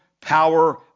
power